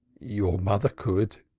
your mother could,